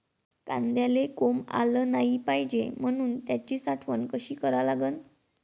कांद्याले कोंब आलं नाई पायजे म्हनून त्याची साठवन कशी करा लागन?